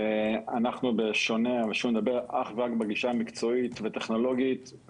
ואנחנו בשונה דנים אך ורק בגישה המקצועית והטכנולוגית,